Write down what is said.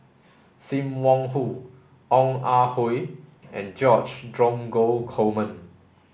Sim Wong Hoo Ong Ah Hoi and George Dromgold Coleman